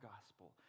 gospel